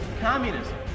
communism